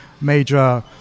major